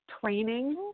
training